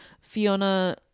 Fiona